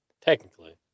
Technically